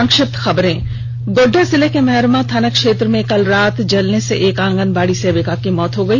संक्षिप्त खबरें गोड्डा जिले मेहरामा थाना क्षेत्र में कल रात जलने से एक आंगनबाड़ी सेविका की मौत हो गई